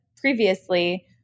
previously